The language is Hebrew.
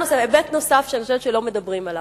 היבט נוסף שאני חושבת שלא מדברים עליו,